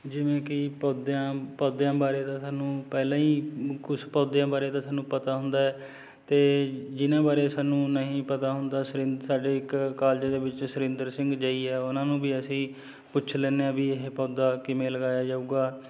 ਜਿਵੇਂ ਕਈ ਪੌਦਿਆਂ ਪੌਦਿਆਂ ਬਾਰੇ ਤਾਂ ਸਾਨੂੰ ਪਹਿਲਾਂ ਹੀ ਕੁਛ ਪੌਦਿਆਂ ਬਾਰੇ ਤਾਂ ਸਾਨੂੰ ਪਤਾ ਹੁੰਦਾ ਹੈ ਅਤੇ ਜਿਹਨਾਂ ਬਾਰੇ ਸਾਨੂੰ ਨਹੀਂ ਪਤਾ ਹੁੰਦਾ ਸੁਰਿੰਦ ਸਾਡੇ ਇੱਕ ਕਾਲਜ ਦੇ ਵਿੱਚ ਸੁਰਿੰਦਰ ਸਿੰਘ ਜੇ ਈ ਹੈ ਉਹਨਾਂ ਨੂੰ ਵੀ ਅਸੀਂ ਪੁੱਛ ਲੈਂਦੇ ਹਾਂ ਵੀ ਇਹ ਪੌਦਾ ਕਿਵੇਂ ਲਗਾਇਆ ਜਾਊਗਾ